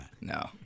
No